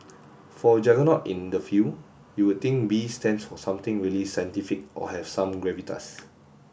for a juggernaut in the field you would think B stands for something really scientific or have some gravitas